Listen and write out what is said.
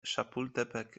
chapultepec